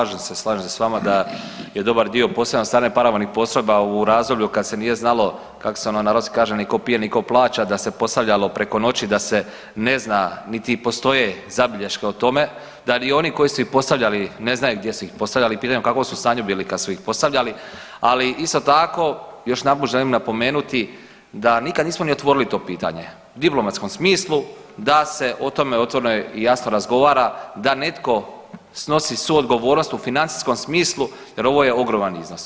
Slažem se, slažem se s vama da je dobar dio postavljen od strane paravojnih postrojba u razdoblju kad se nije znalo, kako se ono narodski kaže, ni 'ko pije ni 'ko plaća, da se postavljalo preko noći, da se ne zna niti i postoje zabilješke o tome, da ni oni koji su ih postavljali ne znaju gdje su ih postavljali, pitanje je u kakvom su stanju bili kad su postavljali, ali isto tako, još jedanput želim napomenuti da nikad nismo ni otvorili to pitanje u diplomatskom smislu da se o tome otvoreno i jasno razgovara, da netko snosi suodgovornost u financijskom smislu jer ovo je ogroman iznos.